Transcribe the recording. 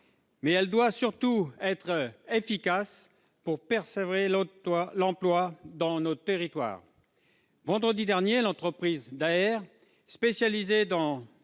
mais elle doit surtout être efficace pour préserver l'emploi dans nos territoires. Vendredi dernier, l'entreprise Daher, spécialisée dans